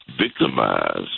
victimized